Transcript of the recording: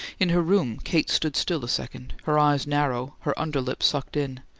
in her room kate stood still a second, her eyes narrow, her underlip sucked in,